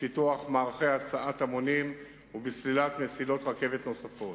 בפיתוח מערכי הסעת המונים ובסלילת מסילות רכבת נוספות.